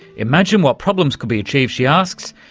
imagine what problems could be achieved, she asks,